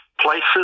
places